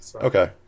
Okay